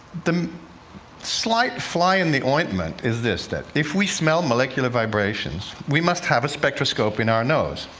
the slight fly in the ointment is this that if we smell molecular vibrations, we must have a spectroscope in our nose.